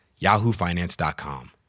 yahoofinance.com